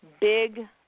big